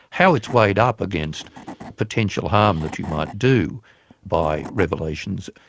how it's weighed up against potential harm that you might do by revelations,